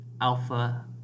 alpha